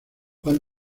juan